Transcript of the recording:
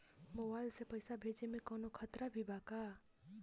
Mobile से पैसा भेजे मे कौनों खतरा भी बा का?